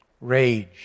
rage